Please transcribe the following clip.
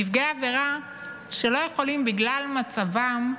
נפגעי עבירה שלא יכולים, בגלל מצבם,